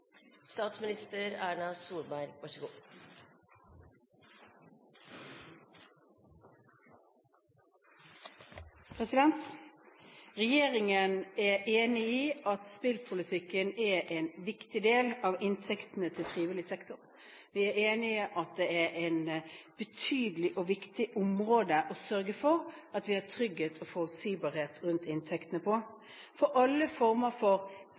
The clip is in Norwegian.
Regjeringen er enig i at spillpolitikken er en viktig del av inntektene til frivillig sektor. Vi er enig i at det er et betydelig og viktig område å sørge for at vi har trygghet og forutsigbarhet for inntektene for alle former for